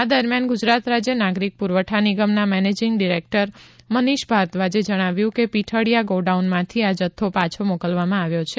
આ દરમિયાન ગુજરાત રાજ્ય નાગરિક પુરવઠા નિગમના મેનેજિંગ ડીરેક્ટર મનીષ ભારદ્વાજે જણાવ્યું કે પીઠડીયા ગોડાઉનમાંથી આ જથ્થો પાછો મોકલવામાં આવ્યો છે